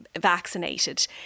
vaccinated